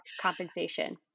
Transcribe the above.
Compensation